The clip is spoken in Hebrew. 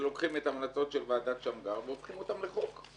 לקחת את ההמלצות של ועדת שמגר ולהפוך אותן לחוק.